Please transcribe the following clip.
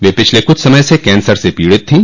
वे पिछले कुछ समय से कैंसर से पीड़ित थीं